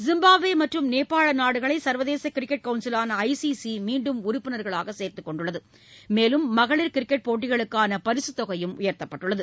Zimbabwe மற்றும் நேபாள நாடுகளை சர்வதேச கிரிக்கெட் கவுன்சிலான ஐசிசி மீண்டும் உறுப்பினர்களாக சேர்த்துக் கொண்டுள்ளது மேலும் மகளிர் கிரிக்கெட் போட்டிகளுக்கான பரிசுத் தொகையையும் அதிகரித்துள்ளது